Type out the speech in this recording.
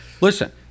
listen